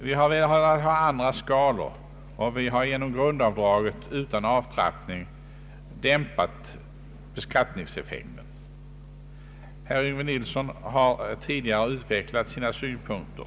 Vi har gjort upp andra skalor, och vi har genom grundavdraget utan avtrappning sökt dämpa beskattningseffekten — herr Yngve Nilsson har tidigare utvecklat sina synpunkter.